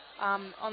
On